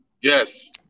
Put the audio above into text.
Yes